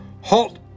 halt